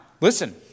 listen